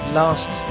last